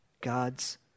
God's